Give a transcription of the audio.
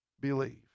believe